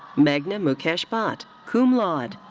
meghna mukesh bhatt, cum laude.